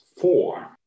Four